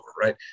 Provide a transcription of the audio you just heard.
right